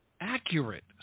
accurate